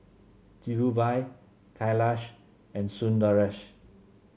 Dhirubhai Kailash and Sundaresh